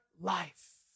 life